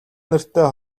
нэртэй